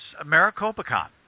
MaricopaCon